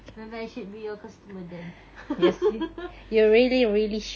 maybe I should be your customer then